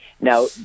Now